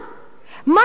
מה קרה?